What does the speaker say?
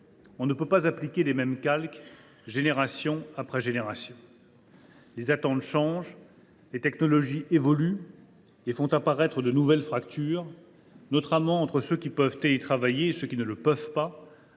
On ne peut pas appliquer les mêmes calques, génération après génération. Les attentes changent, les technologies évoluent et font apparaître de nouvelles fractures, notamment entre ceux qui peuvent télétravailler et ceux qui ne le peuvent pas.